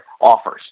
offers